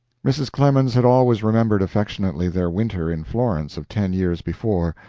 mrs. clemens had always remembered affectionately their winter in florence of ten years before,